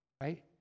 right